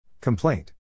Complaint